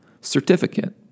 certificate